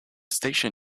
station